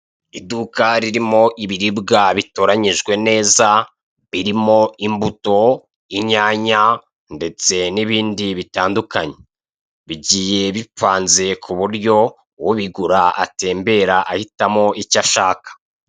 Umukozi ukorera sosiyete yitwa vuba vuba, ari kugeza ku muguzi ibicuruzwa yashakaga kandi urabonako bishimye bombi , yaryohewe na serivise yahawe nziza kandi ikeye.